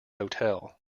hotel